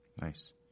Nice